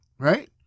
Right